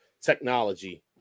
technology